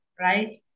right